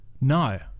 no